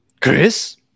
chris